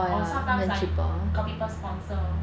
or sometimes like got people sponsor